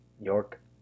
York